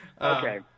Okay